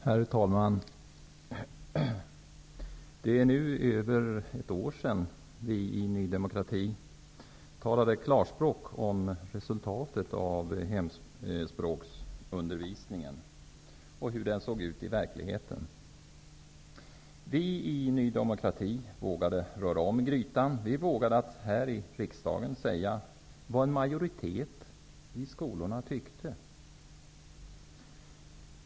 Herr talman! Det är nu över ett år sedan vi i Ny demokrati talade klarspråk när det gällde resultatet av hemspråksundervisningen och hur den såg ut i verkligheten. Vi i Ny demokrati vågade röra om i grytan och här i riksdagen tala om vad en majoritet i skolorna tyckte.